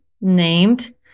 named